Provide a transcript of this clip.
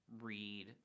read